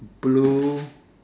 blue